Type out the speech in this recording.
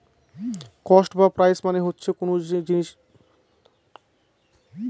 cost বা price মানে হচ্ছে কোন জিনিসের দাম বা মূল্য